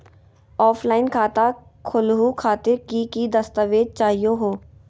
Offline खाता खोलहु खातिर की की दस्तावेज चाहीयो हो?